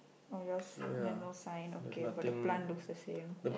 oh yours have no sign okay but the plant looks the same